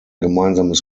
gemeinsames